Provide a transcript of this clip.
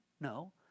No